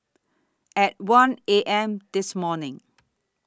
At one A M This morning